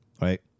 right